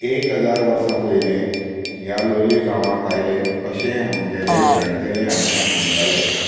एक हजार वर्सां पयले ह्या लोलयें गावांत आयले अशें आमगेले जाण्टेले आमकां सांगतालें